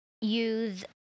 use